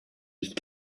ich